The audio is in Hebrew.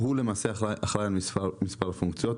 הוא למעשה אחראי על מספר פונקציות.